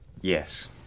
Yes